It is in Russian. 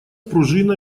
пружина